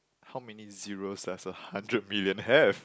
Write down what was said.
how many zeros does a hundred million have